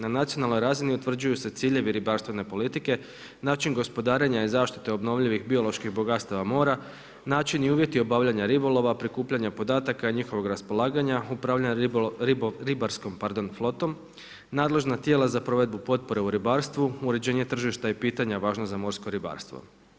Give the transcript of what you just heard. Na nacionalnoj razini utvrđuju se ciljevi ribarstvene politike, način gospodarenja i zaštite obnovljivih bioloških bogatstava mora, način i uvjeti obavljanja ribolova, prikupljanja podataka i njihovog raspolaganja upravljanja ribarskom flotom, nadležna tijela za provedbu potpore u ribarstvu, uređenje tržišta i pitanja važna za morsko ribarstvo.